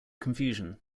confusion